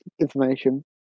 information